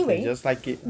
they just like it